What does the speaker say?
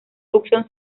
tucson